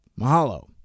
Mahalo